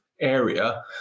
area